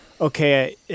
okay—